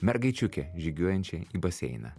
mergaičiukę žygiuojančią į baseiną